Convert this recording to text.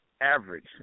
average